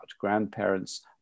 Grandparents